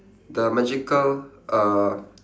the magical uh